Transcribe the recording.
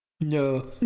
No